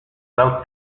dal